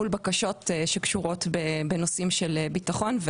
מול בקשות שקשורות בנושאים של ביטחון,